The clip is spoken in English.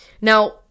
Now